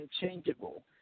unchangeable